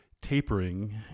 tapering